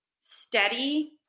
steady